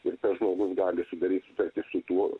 ir tas žmogus gali sudaryti sutartį su tuo